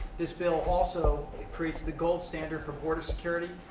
this bill also it creates the gold standard for border security.